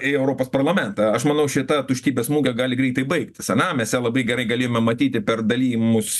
į europos parlamentą aš manau šita tuštybės mugė gali greitai baigtis ana mes ją labai gerai galėjome matyti per dalijimus